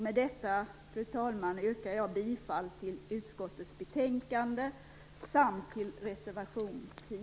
Med detta, fru talman, yrkar jag bifall till utskottets hemställan samt till reservation 10.